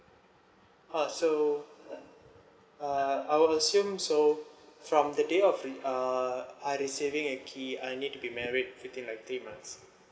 uh so uh I will assume so from the day of re uh I receiving a key I need to be married within like three months